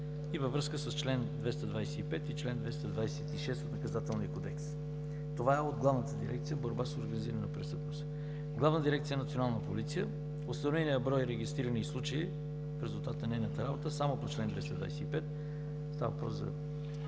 и във връзка с чл. 225 и чл. 226 от Наказателния кодекс. Това е от Главната дирекция „Борба с организираната престъпност“. Главна дирекция „Национална полиция“ – установеният брой регистрирани случаи в резултат на нейната работа само по чл. 225, става въпрос за